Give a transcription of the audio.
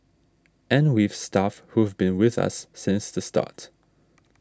and we've staff who've been with us since the start